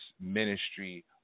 ministry